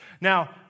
Now